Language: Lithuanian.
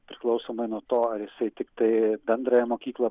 priklausomai nuo to ar jisai tiktai bendrąją mokyklą